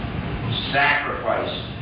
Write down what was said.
sacrifice